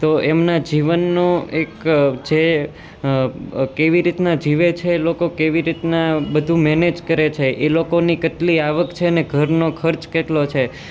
તો એમના જીવનનો એક જે કેવી રીતના જીવે છે એ લોકો કેવી રીતના બધું મેનેજ કરે છે એ લોકોની કેટલી આવક છે અને ઘરનો ખર્ચ કેટલો છે